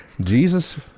Jesus